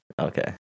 Okay